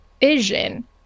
vision